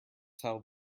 tell